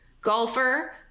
golfer